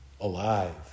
alive